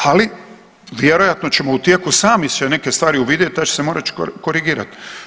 Ali vjerojatno ćemo u tijeku sami sve neke stvari uvidjet ja ću se morati korigirati.